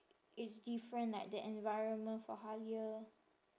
it's different like the environment for Halia